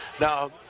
Now